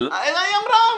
היא אמרה.